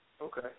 Okay